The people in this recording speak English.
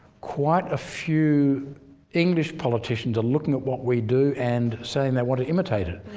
quite a few english politicians are looking at what we do and saying they want to imitate it.